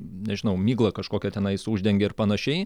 nežinau miglą kažkokią tenais uždengia ir panašiai